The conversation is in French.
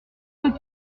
ceux